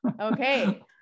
okay